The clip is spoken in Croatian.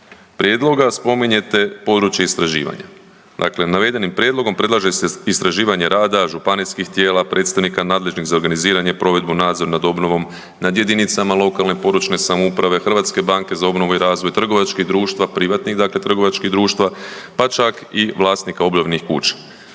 prijedloga spominjete područje istraživanja. Dakle, navedenim prijedlogom predlaže se istraživanje rada županijskih tijela, predstavnika nadležnih za organiziranje i provedbu, nadzor nad obnovom, nad jedinicama lokalne i područne samouprave, HBOR-a, trgovačkih društva, privatnih dakle trgovačkih društva, pa čak i vlasnika obnovljenih kuća.